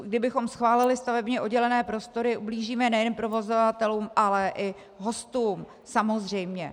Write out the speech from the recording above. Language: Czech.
Kdybychom schválili stavebně oddělené prostory, ublížíme nejen provozovatelům, ale i hostům samozřejmě.